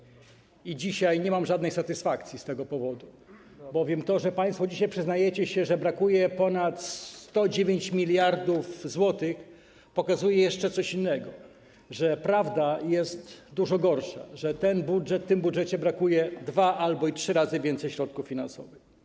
I dzisiaj nie mam żadnej satysfakcji z tego powodu, bowiem to, że państwo dzisiaj przyznajecie się, że brakuje ponad 109 mld zł, pokazuje jeszcze coś innego - że prawda jest dużo gorsza, że w tym budżecie brakuje dwa albo i trzy razy więcej środków finansowych.